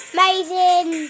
Amazing